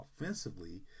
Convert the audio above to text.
offensively